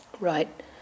right